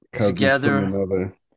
Together